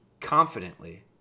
confidently